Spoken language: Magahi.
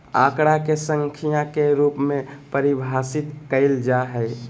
आंकड़ा के संख्या के रूप में परिभाषित कइल जा हइ